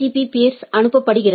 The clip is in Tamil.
பீ பீர்ஸ்க்கு அனுப்பப்படுகிறது